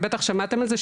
ובטח שמעתם על זה,